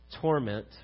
torment